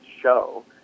show